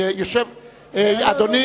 רבותי,